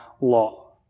law